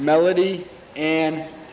melody and